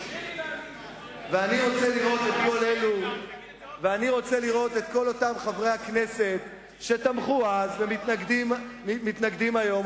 ואני רוצה לראות את כל אותם חברי הכנסת שתמכו אז ומתנגדים היום,